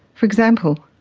for example,